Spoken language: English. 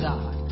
God